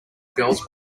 girls